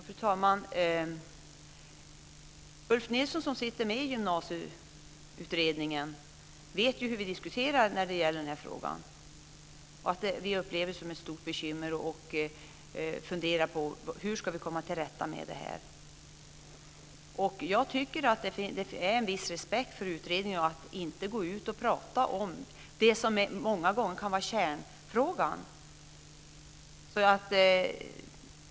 Fru talman! Ulf Nilsson, som sitter med i Gymnasiekommittén, vet hur vi diskuterar när det gäller den här frågan, att vi upplever det som ett stort bekymmer och funderar hur vi ska komma till rätta med det här. Jag tycker att det är att visa respekt för utredningen att inte gå ut och prata om det som många gånger kan vara kärnfrågan.